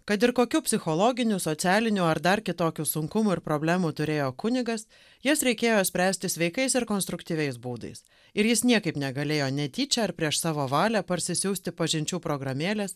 kad ir kokių psichologinių socialinių ar dar kitokių sunkumų ir problemų turėjo kunigas jas reikėjo spręsti sveikais ir konstruktyviais būdais ir jis niekaip negalėjo netyčia ar prieš savo valią parsisiųsti pažinčių programėlės